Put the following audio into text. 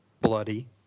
Bloody